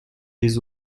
des